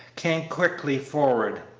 came quickly forward.